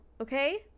okay